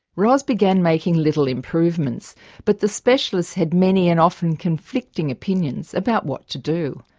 ros began making little improvements but the specialist had many and often conflicting opinions about what to do.